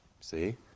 See